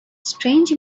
strange